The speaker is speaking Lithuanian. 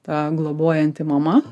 ta globojanti mama